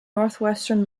northwestern